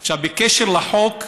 עכשיו, בקשר לחוק,